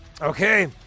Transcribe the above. Okay